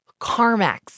Carmax